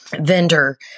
vendor